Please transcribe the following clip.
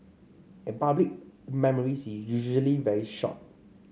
and public memory is usually very short